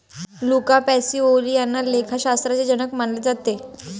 Luca Pacioli यांना लेखाशास्त्राचे जनक मानले जाते